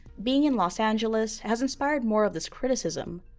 being in los angeles has inspired more of this criticism,